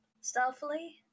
stealthily